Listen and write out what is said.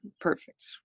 perfect